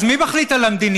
אז מי מחליט על המדיניות?